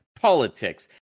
politics